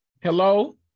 Hello